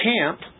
camp